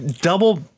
Double